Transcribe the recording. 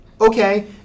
Okay